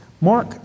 Mark